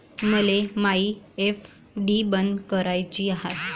मले मायी एफ.डी बंद कराची हाय